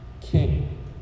king